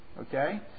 Okay